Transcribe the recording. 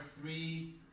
three